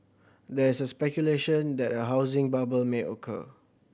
there is a speculation that a housing bubble may occur